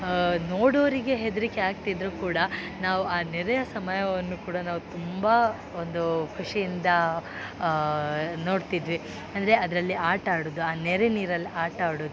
ನೋಡೋರಿಗೆ ಹೆದರಿಕೆ ಆಗ್ತಿದ್ದರು ಕೂಡ ನಾವು ಆ ನೆರೆಯ ಸಮಯವನ್ನು ಕೂಡ ನಾವು ತುಂಬ ಒಂದು ಖುಷಿಯಿಂದ ನೋಡ್ತಿದ್ವಿ ಅಂದರೆ ಅದರಲ್ಲಿ ಆಟ ಆಡುವುದು ಆ ನೆರೆ ನೀರಲ್ಲಿ ಆಟ ಆಡುದು